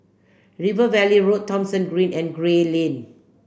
River Valley Road Thomson Green and Gray Lane